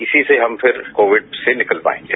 इसीसे हम फिर कोविड से निकल पाएंगे